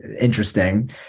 interesting